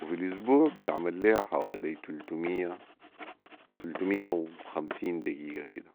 و في الاسبوع بتعمل ليها حوالي تلتميه تلتميه وخمسين دقيقه كده